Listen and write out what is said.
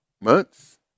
months